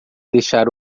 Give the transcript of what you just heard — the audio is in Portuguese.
deixar